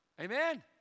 Amen